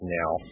now